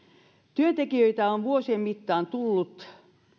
työntekijöitä on vuosien mittaan tullut